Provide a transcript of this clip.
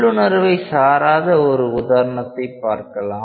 உள்ளுணர்வை சாராத ஒரு உதாரணத்தைப் பார்க்கலாம்